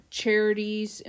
charities